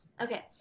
okay